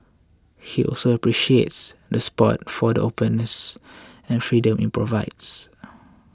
he also appreciates the spot for the openness and freedom it provides